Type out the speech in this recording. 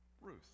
Ruth